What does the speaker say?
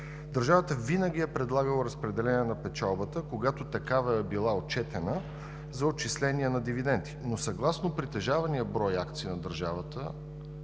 държавата винаги е предлагала разпределение на печалбата, когато такава е била отчетена, за отчисление на дивиденти. Съгласно притежавания брой акции от държавата